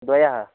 द्वौ